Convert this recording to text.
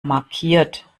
markiert